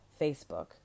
Facebook